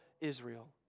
Israel